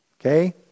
okay